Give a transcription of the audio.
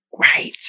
Right